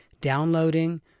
downloading